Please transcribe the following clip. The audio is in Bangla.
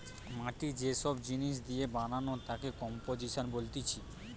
মাটি যে সব জিনিস দিয়ে বানানো তাকে কম্পোজিশন বলতিছে